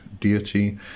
deity